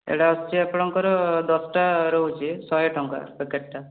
ଏଇଟା ଆସୁଛି ଆପଣଙ୍କର ଦଶଟା ରହୁଛି ଶହେ ଟଙ୍କା ପ୍ୟାକେଟ୍ଟା